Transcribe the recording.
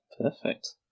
perfect